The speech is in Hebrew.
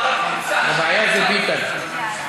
הבעיה זה ביטן.